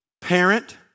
Parent